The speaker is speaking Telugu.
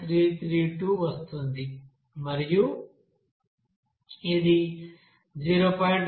332 వస్తోంది మరియు SEsSSxx ఇది 0